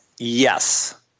Yes